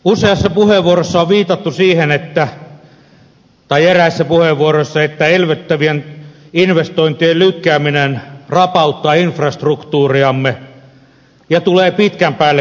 eräissä puheenvuoroissa on viitattu siihen että elvyttävien investointien lykkääminen rapauttaa infrastruktuuriamme ja tulee pitkän päälle kalliiksi